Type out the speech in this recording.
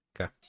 Okay